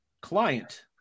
client